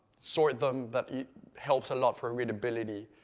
sort them, that helps a lot for readability.